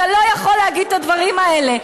אתה לא יכול להגיד את הדברים האלה.